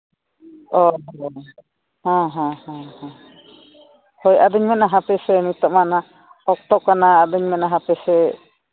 ᱚ ᱦᱚᱸ ᱦᱮᱸ ᱦᱮᱸ ᱦᱮᱸ ᱟᱫᱚᱧ ᱢᱮᱱᱟ ᱦᱟᱯᱮᱥᱮ ᱱᱤᱛᱚᱜ ᱢᱟ ᱚᱱᱟ ᱚᱠᱛᱚ ᱠᱟᱱᱟ ᱟᱫᱚᱧ ᱢᱮᱱᱟ ᱦᱟᱯᱮᱥᱮ